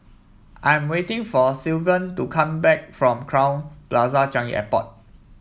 I am waiting for Sylvan to come back from Crowne Plaza Changi Airport